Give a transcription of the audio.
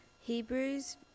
Hebrews